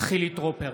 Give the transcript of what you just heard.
חילי טרופר,